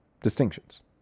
distinctions